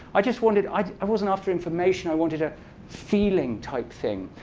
i just wanted i wasn't after information. i wanted a feeling type thing.